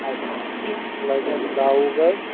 اَسہِ لَگن دَہ وُہ گاڑِ